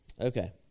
Okay